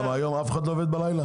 היום לא עובדים בלילה?